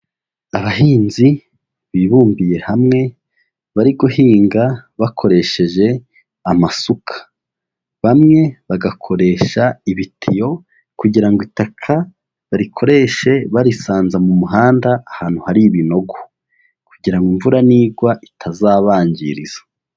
Abahinzi bibumbiye hamwe bari guhinga bakoresheje amasuka, bamwe bagakoresha ibitiyo kugira ngo itaka barikoreshe barisanza mu muhanda ahantu hari ibinogo kugira ngo imvura nigwa itazabangiriza.